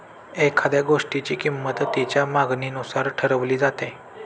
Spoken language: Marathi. एखाद्या गोष्टीची किंमत तिच्या मागणीनुसार ठरवली जाते